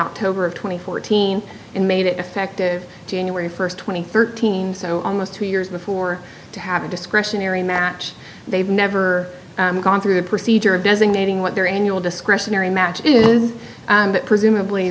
october of twenty fourteen and made it effective january first twenty thirteen so almost two years before to have a discretionary match they've never gone through a procedure of designating what their annual discretionary match is that presumably